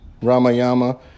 Ramayama